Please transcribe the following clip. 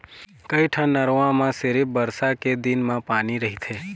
कइठन नरूवा म सिरिफ बरसा के दिन म पानी रहिथे